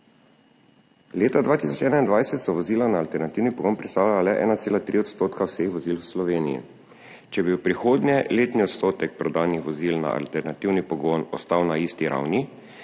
Leta 2021 so vozila na alternativni pogon predstavljala le 1,3 % vseh vozil v Sloveniji. Če bi v prihodnje letni odstotek prodanih vozil na alternativni pogon ostal na isti ravni,